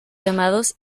llamados